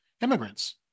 immigrants